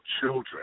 children